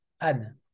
Anne